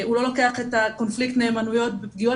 הוא לא לוקח את קונפליקט מהימנויות בפגיעות